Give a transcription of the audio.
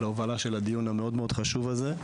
על ההובלה של הדיון המאוד-מאוד חשוב הזה.